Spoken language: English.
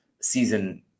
season